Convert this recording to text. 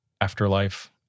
afterlife